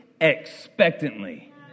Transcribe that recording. expectantly